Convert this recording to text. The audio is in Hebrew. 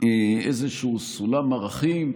בלי מלחמות,